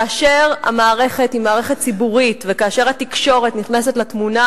כאשר המערכת היא מערכת ציבורית וכאשר התקשורת נכנסת לתמונה,